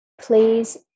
please